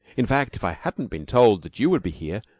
in fact, if i hadn't been told that you would be here,